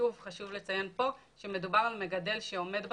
שוב, חשוב לציין פה שמדובר על מגדל שעומד בתקנות,